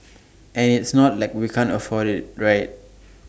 and it's not like we can't afford IT right